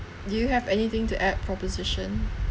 do you have anything to add proposition